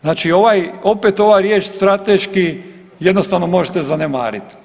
Znači opet ova riječ strateški jednostavno možete zanemariti.